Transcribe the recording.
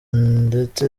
ndetse